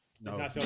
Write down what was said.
No